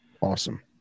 awesome